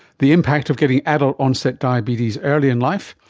the impact of getting adult onset diabetes early in life.